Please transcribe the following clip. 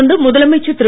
தொடர்ந்து முதலமைச்சர் திரு